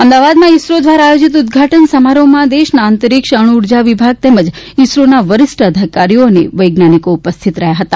અમદાવાદમાં ઇસરો દ્વારા આયોજીત ઉદ્દઘાટન સમારોહમાં દેશના અંતરિક્ષ અણુઉર્જા વિભાગ તેમજ ઇસરોના વરિષ્ઠ અધિકારીઓ અને વૈજ્ઞાનિકો ઉપસ્થિત રહ્યા હતા